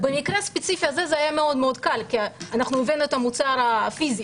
אז במקרה הספציפי הזה זה היה מאוד-מאוד קל כי הבאנו את המוצר הפיסי,